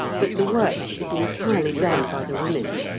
but the work is entirely done by the women.